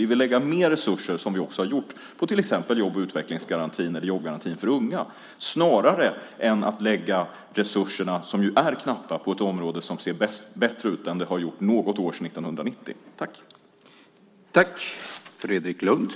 Vi vill lägga mer resurser, som vi också har gjort, på till exempel jobb och utvecklingsgarantin eller jobbgarantin för unga snarare än att lägga resurserna, som är knappa, på ett område som ser bättre ut än det har gjort någon gång sedan år 1990.